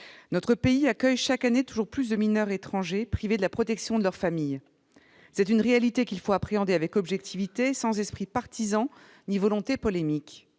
Notre pays accueille chaque année toujours plus de mineurs étrangers privés de la protection de leur famille. C'est une réalité qu'il faut appréhender avec objectivité, sans esprit partisan ni volonté polémique.